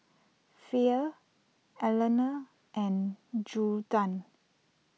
Fay Elana and Judah